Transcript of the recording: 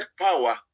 power